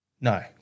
No